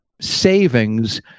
savings